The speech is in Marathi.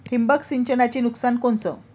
ठिबक सिंचनचं नुकसान कोनचं?